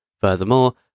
Furthermore